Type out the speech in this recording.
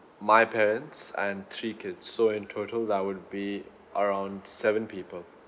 my parents and three kids so in total that would be around seven people